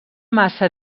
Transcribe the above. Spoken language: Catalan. massa